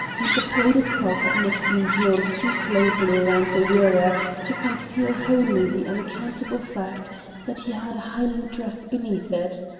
and the plaid itself had not been drawn too closely round the wearer to conceal wholly the unaccountable fact that he had a highland dress beneath it.